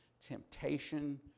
temptation